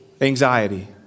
anxiety